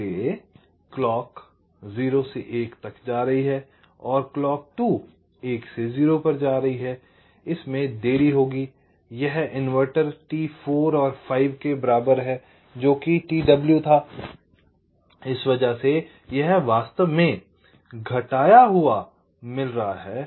इसलिए क्लॉक 0 से 1 तक जा रही है और क्लॉक 2 1 से 0 पर जा रही है इसमें देरी होगी यह t इनवर्टर t iv और v के बराबर है जो कि t w था इस वजह से यह वास्तव में घटाया हुआ मिल रहा है